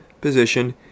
position